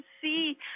see